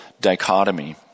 dichotomy